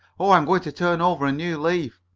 oh, i'm going to turn over a new leaf.